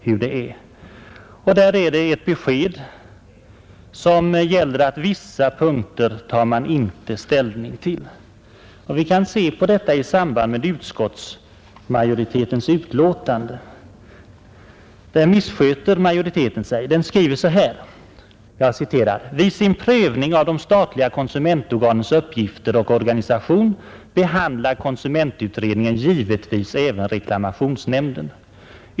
Enligt det besked som jag har fått tar man inte ställning till vissa punkter. Vi kan se på detta i samband med utskottsmajoritetens utlåtande. Där missköter majoriteten sig. Den skriver: ”Vid sin prövning av de statliga konsumentorganens uppgifter och organisation behandlar konsumentutredningen givetvis även reklamationsnämnden.